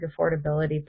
affordability